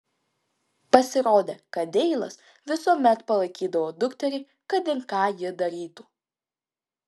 pasirodė kad deilas visuomet palaikydavo dukterį kad ir ką ji darytų